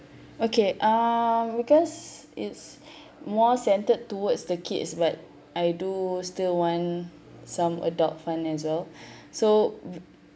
okay uh because it's more centered towards the kids but I do still want some adult fun as well so